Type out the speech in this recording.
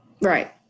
Right